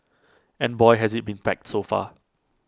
and boy has IT been packed so far